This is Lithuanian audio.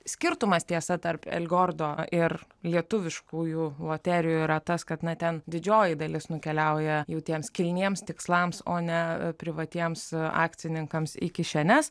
skirtumas tiesa tarp el gordo ir lietuviškųjų loterijų yra tas kad na ten didžioji dalis nukeliauja jų tiems kilniems tikslams o ne privatiems akcininkams į kišenes